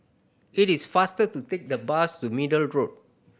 it is faster to take the bus to Middle Road